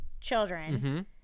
children